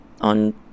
on